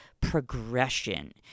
progression